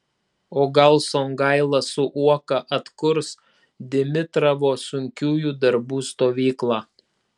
o gal songaila su uoka atkurs dimitravo sunkiųjų darbų stovyklą